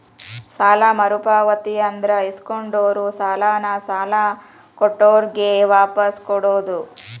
ಸಾಲ ಮರುಪಾವತಿ ಅಂದ್ರ ಇಸ್ಕೊಂಡಿರೋ ಸಾಲಾನ ಸಾಲ ಕೊಟ್ಟಿರೋರ್ಗೆ ವಾಪಾಸ್ ಕೊಡೋದ್